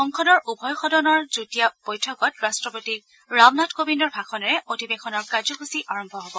সংসদৰ উভয় সদনৰ যুটীয়া বৈঠকত ৰাট্টপতি ৰামনাথ কোবিন্দৰ ভাষণেৰে অধিৱেশনৰ কাৰ্যসূচী আৰম্ভ হ'ব